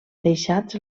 deixats